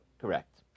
Correct